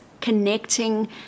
connecting